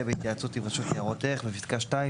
בהתייעצות עם רשות ניירות ערך"; בפסקה (2),